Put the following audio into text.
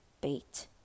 bait